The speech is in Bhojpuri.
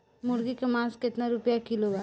मुर्गी के मांस केतना रुपया किलो बा?